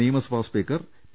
നിയമസഭാ speaker P